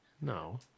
No